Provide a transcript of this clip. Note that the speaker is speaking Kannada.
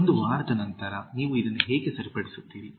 ಒಂದು ವಾರದ ನಂತರ ನೀವು ಇದನ್ನು ಹೇಗೆ ಸರಿಪಡಿಸುತ್ತೀರಿ